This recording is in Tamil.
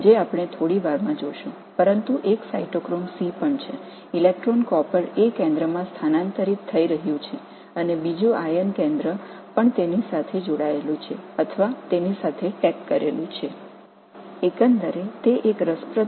சைட்டோக்ரோம் C எலக்ட்ரானய் காப்பர் A ஒரு மையத்திற்கும் மற்றொன்றுக்கும் இடமாற்றம் செய்கிறது மற்றும் இரும்பு மையமும் அதனுடன் இணைக்கப்பட்டுள்ளது அல்லது அதனுடன் குறிக்கப்படுகிறது